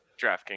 DraftKings